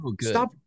Stop